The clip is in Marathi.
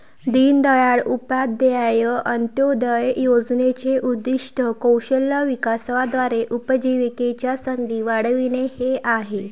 दीनदयाळ उपाध्याय अंत्योदय योजनेचे उद्दीष्ट कौशल्य विकासाद्वारे उपजीविकेच्या संधी वाढविणे हे आहे